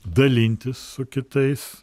dalintis su kitais